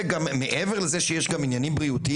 מעבר לכך שיש גם ענייני בריאות,